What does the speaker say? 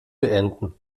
beenden